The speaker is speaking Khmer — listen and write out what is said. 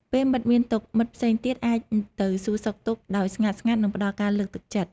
ពេលមិត្តមានទុក្ខ មិត្តផ្សេងទៀតអាចទៅសួរសុខទុក្ខដោយស្ងាត់ៗ និងផ្ដល់ការលើកទឹកចិត្ត។